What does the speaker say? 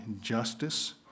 justice